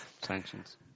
Sanctions